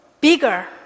bigger